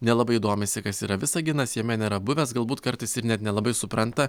nelabai domisi kas yra visaginas jame nėra buvęs galbūt kartais ir net nelabai supranta